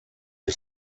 his